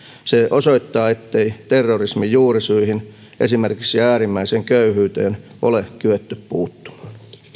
se osoittaa ettei terrorismin juurisyihin esimerkiksi äärimmäiseen köyhyyteen ole kyetty puuttumaan